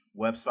website